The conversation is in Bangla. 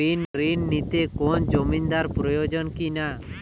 ঋণ নিতে কোনো জমিন্দার প্রয়োজন কি না?